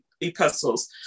epistles